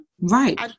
right